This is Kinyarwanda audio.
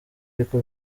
ariko